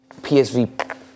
PSV